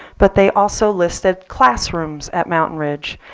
but they also listed classrooms at mountain ridge.